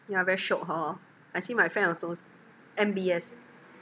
yeah very shiok hor I see my friend also M_B_S